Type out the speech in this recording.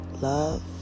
love